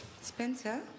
Spencer